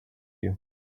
you